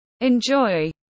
Enjoy